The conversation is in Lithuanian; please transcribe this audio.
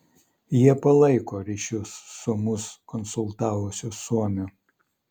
jie palaiko ryšius su mus konsultavusiu suomiu